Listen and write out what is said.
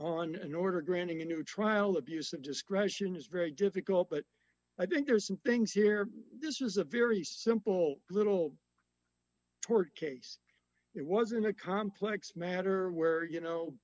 on an order granting a new trial abuse of discretion is very difficult but i think there are some things here this is a very simple little tort case it was in a complex matter where you know